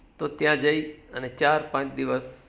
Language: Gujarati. તો ત્યાં જઈ અને ચાર પાંચ દિવસ